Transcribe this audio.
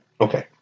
Okay